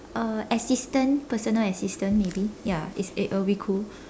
uh assistant personal assistant maybe ya it's uh it'll bit cool